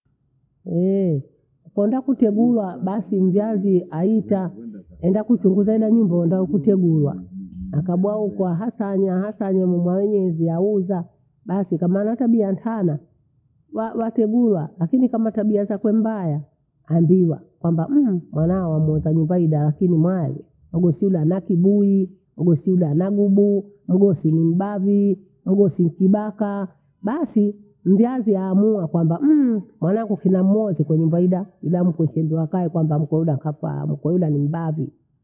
Ehee, ukaenda kutegua basi mzazi aitaa enda kuchunguza ida nyumba wenda nkuchemiwa. Nakabwa hukuwa hasanya hasanya umuwawingia aweza basi kwamaana atabia ntana wa- wategua lakini kama tabia zakwe mbaya hambiwa kwamba mmh! mwanao wamuoza nyumba ida lakini mwalii hanisida ana kibuli, henesida ana gubu. Mghosi ni mbavuu, mghosi ni kibaka. Basi mzazi aamua kwamba mmh! mwanangu kinamuozi kwanyumba ida, ida mkokondo wakae kwamba mkodo uda akapaha, mkouda ni mbavi.